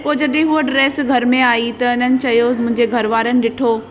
पोइ जॾहिं हूअ ड्रेस घर में आई त हिननि चयो मुंहिंजे घरवारनि ॾिठो